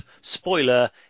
spoiler